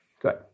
Good